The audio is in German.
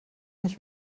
nicht